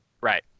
Right